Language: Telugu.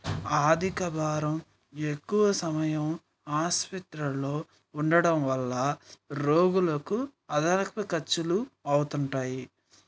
అధిక భారం ఎక్కువ సమయం ఆసుపత్రిల్లో ఉండడం వల్ల రోగులకు అదనపు ఖర్చులు అవుతుంటాయి